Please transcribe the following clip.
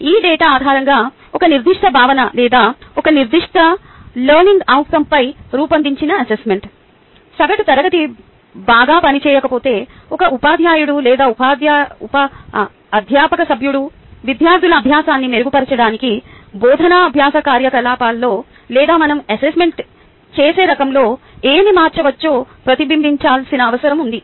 ఈ డేటా ఆధారంగా ఒక నిర్దిష్ట భావన లేదా ఒక నిర్దిష్ట లెర్నింగ్ అవుట్కంపై రూపొందించిన అసెస్మెంట్ సగటు తరగతి బాగా పని చేయకపోతే ఒక ఉపాధ్యాయుడు లేదా అధ్యాపక సభ్యుడు విద్యార్థుల అభ్యాసాన్ని మెరుగుపరచడానికి బోధనా అభ్యాస కార్యకలాపాల్లో లేదా మనం అసెస్మెంట్ చేసే రకంలో ఏమి మార్చవచ్చో ప్రతిబింబించాల్సిన అవసరం ఉంది